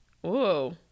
Whoa